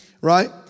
right